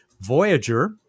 Voyager